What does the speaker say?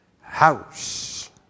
house